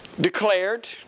declared